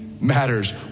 matters